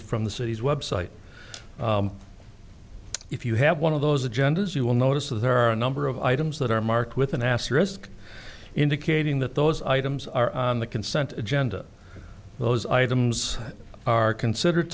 it from the city's website if you have one of those agendas you will notice there are a number of items that are marked with an asterisk indicating that those items are on the consent agenda those items are considered